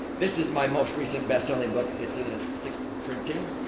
this is my most recent best-selling book. it's in its sixth printing.